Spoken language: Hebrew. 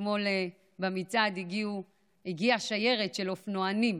אתמול במצעד הגיעה שיירה של אופנוענים,